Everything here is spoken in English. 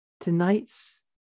tonight's